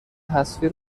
حذفی